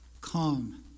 Come